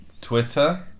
Twitter